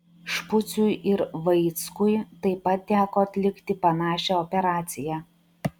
špuciui ir vaickui taip pat teko atlikti panašią operaciją